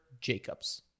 Jacobs